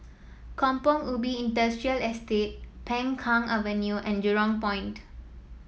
Kampong Ubi Industrial Estate Peng Kang Avenue and Jurong Point